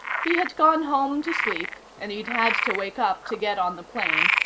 he had gone home to sleep, and he'd had to wake up to get on the plane,